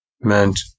meant